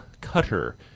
Cutter